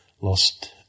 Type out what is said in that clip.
lost